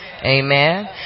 Amen